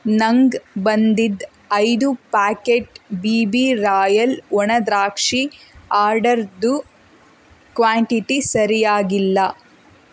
ನಂಗೆ ಬಂದಿದ್ದು ಐದು ಪ್ಯಾಕೆಟ್ ಬಿ ಬಿ ರಾಯಲ್ ಒಣ ದ್ರಾಕ್ಷಿ ಆರ್ಡರ್ದು ಕ್ವಾಂಟಿಟಿ ಸರಿಯಾಗಿಲ್ಲ